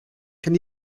can